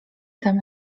tam